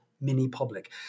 mini-public